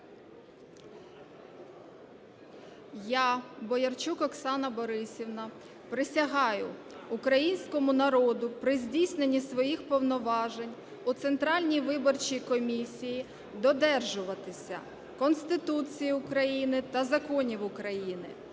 Я, Гатаулліна Олена Аухатівна, присягаю Українському народу при здійсненні свої повноважень у Центральній виборчій комісії додержуватися Конституції України та законів України,